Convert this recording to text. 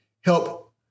help